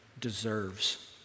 deserves